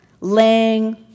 laying